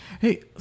hey